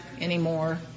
anymore